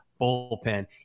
bullpen